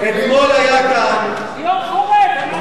ליאור חורב אמר לו להגיד.